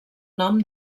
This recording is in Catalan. nom